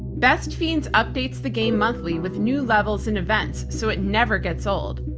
best fiends updates the game monthly with new levels and events so it never gets old.